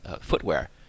footwear